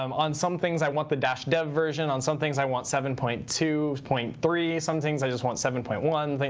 um on some things, i want the dash dev version. on some things i want seven point two, point three. some things i just want seven point one.